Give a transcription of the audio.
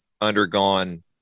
undergone